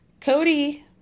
Cody